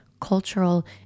cultural